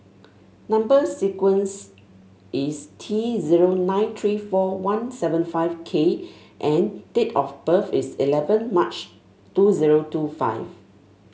number sequence is T zero nine three four one seven five K and date of birth is eleven March two zero two five